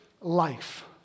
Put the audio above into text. life